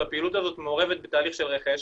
והפעילות הזאת מעורבת בתהליך רכש,